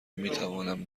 میتوانم